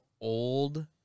old